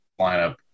lineup